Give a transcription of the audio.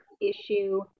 issue